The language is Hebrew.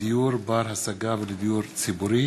לדיור בר-השגה ולדיור ציבורי